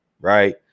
right